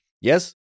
Yes